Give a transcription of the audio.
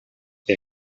que